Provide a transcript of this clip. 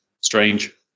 Strange